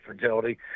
fertility